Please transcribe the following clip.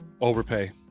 Overpay